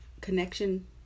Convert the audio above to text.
connection